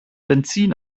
benzin